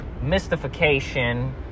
mystification